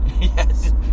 Yes